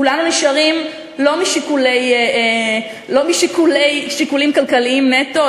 כולם נשארים לא משיקולים כלכליים נטו,